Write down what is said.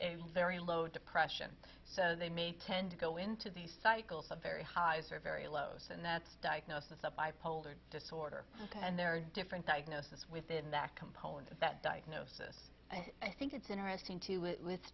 a very low depression so they may tend to go into these cycles of very highs or very low so that's diagnosis of bipolar disorder and there are different diagnosis within that component of that diagnosis and i think it's interesting too it was